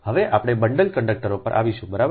હવે આપણે બંડલ કંડકટરો પર આવીશું બરાબર